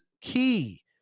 key